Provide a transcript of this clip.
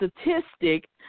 statistic